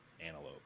antelope